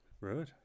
Right